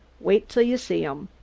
wait'll you see him.